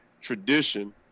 tradition